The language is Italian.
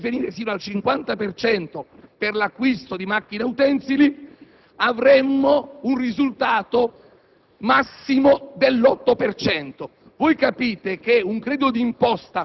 Ebbene, per il regolamento applicativo di questa normativa, se la norma non viene finanziata in modo congruo (io chiedo un intervento